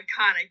iconic